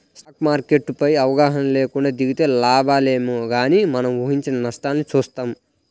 stock market పైన అవగాహన లేకుండా దిగితే లాభాలేమో గానీ మనం ఊహించని నష్టాల్ని చూత్తాం